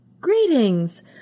Greetings